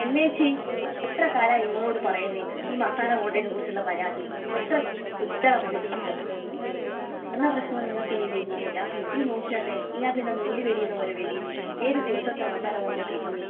അല്ല ചേച്ചി എത്ര കാലമായി നിങ്ങളോട് പറയുന്നു ഈ മസാല ബോണ്ടെനെ കുറിച്ചുള്ള പരാതി എത്ര കുട്ടികളാണ് വന്നിട്ട് പറയുന്നത് എന്താ പ്രശ്നമെന്ന് നിങ്ങൾക്കിനി തിരിഞ്ഞിട്ടില്ല ഇത് നോക്കിയാട്ടെ ഇതിനകത്തെന്നാ നൂൽ വലിയുന്ന പോലെ വലിയുന്നു ഏത് ദിവസത്തെ മസാല കൊണ്ട് തരുന്നതാണ്